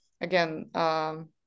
again